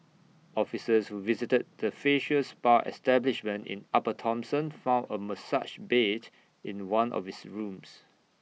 officers who visited the facial spa establishment in upper Thomson found A massage bed in one of its rooms